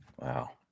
Wow